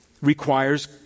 requires